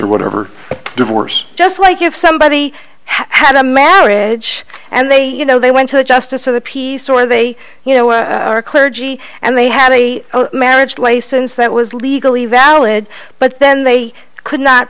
or whatever divorce just like if somebody had a marriage and they you know they went to a justice of the peace or they you know are clergy and they had a marriage license that was legally valid but then they could not